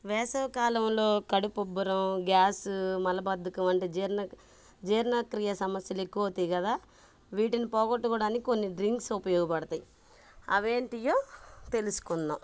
వేసవికాలంలో కడుపుబ్బరం గ్యాస్ మలబద్ధకం వంటి జీర్ణ జీర్ణక్రియ సమస్యలు ఎక్కువైతాయి కదా వీటిని పోగొట్టుకోవడానికి కొన్ని డ్రింగ్స్ ఉపయోగపడతాయి అవేంటివో తెలుసుకుందాం